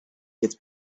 get